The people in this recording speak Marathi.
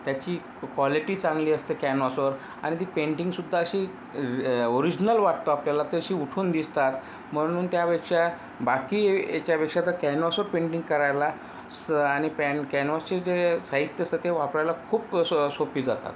त्याची क्वॉलिटी चांगली असते कॅनव्हासवर आणि ती पेंटिंगसुद्धा अशी ओरिजिनल वाटतो आपल्याला ती अशी उठून दिसतात म्हणून त्यापेक्षा बाकी ह्य ह्याच्यापेक्षा तर कॅनव्हासवर पेंटिंग करायला स आणि पॅन कॅनव्हासचे जे साहित्य असतं ते वापरायला खूप सो सोपी जातात